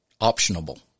optionable